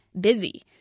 busy